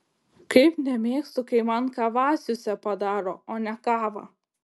kaip nemėgstu kai man kavasiusę padaro o ne kavą